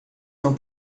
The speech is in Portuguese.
não